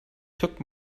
took